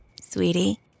Sweetie